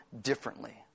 differently